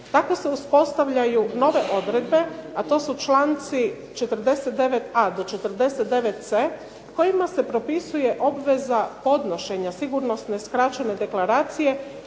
Tako se uspostavljaju nove odredbe, a to su čl. 49a do 49c kojima se propisuje obveza podnošenja sigurnosne skraćene deklaracije